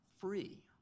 free